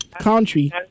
country